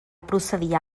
procedir